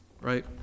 Right